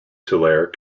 tulare